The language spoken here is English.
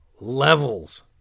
levels